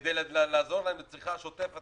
כדי לעזור להם בצריכה השוטפת,